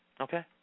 Okay